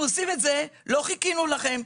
אנחנו עושים את זה, לא חיכינו לכם.